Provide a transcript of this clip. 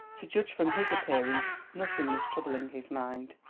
to judge from his appearance nothing was troubling his mind.